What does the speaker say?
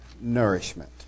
nourishment